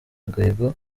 agahigo